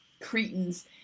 Cretans